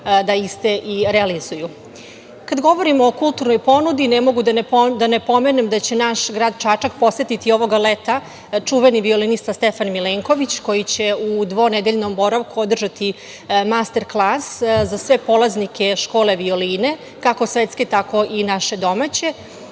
da iste realizuju. Kada govorimo o kulturnoj ponudi ne mogu da ne pomenem da će naš grad Čačak posetiti ovoga leta čuveni violinista Stefan Milenković koji će u dvonedeljnom boravku održati master klas za sve polaznike škole violine kako svetske tako i naše domaće